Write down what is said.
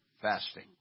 fasting